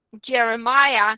Jeremiah